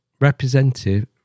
Representative